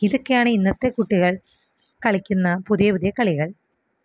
ഇതൊക്കെയാണ് ഇന്നത്തെ കുട്ടികള് കളിക്കുന്ന പുതിയ പുതിയ കളികള്